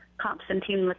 constantine like